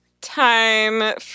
time